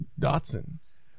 Dotson